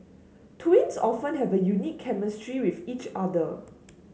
twins often have a unique chemistry with each other